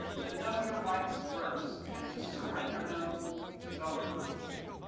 to know your rights first and to surrender them self consciously.